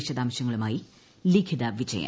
വിശദാംശങ്ങളുമായി ലിഖിത വിജയൻ